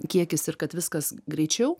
kiekis ir kad viskas greičiau